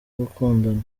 gukundana